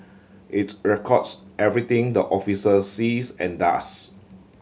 its records everything the officer sees and does